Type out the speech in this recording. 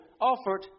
offered